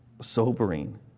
sobering